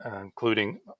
including